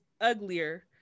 uglier